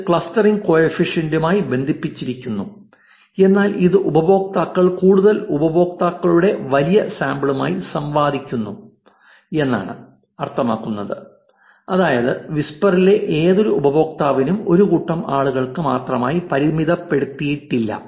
ഇത് ക്ലസ്റ്ററിംഗ് കോഫിഷ്യന്റുമായി ബന്ധിപ്പിച്ചിരിക്കുന്നു എന്നാൽ ഇത് ഉപയോക്താക്കൾ കൂടുതൽ ഉപയോക്താക്കളുടെ വലിയ സാമ്പിളുമായി സംവദിക്കുന്നു എന്നാണ് അർത്ഥമാക്കുന്നത് അതായത് വിസ്പറിലെ ഏതൊരു ഉപയോക്താവിനും ഒരു കൂട്ടം ആളുകൾക്ക് മാത്രമായി പരിമിതപ്പെടുത്തിയിട്ടില്ല